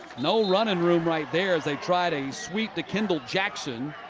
no running room right there as they tried a sweep to kendall jackson.